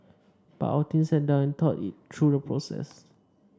but our team sat down and thought through the process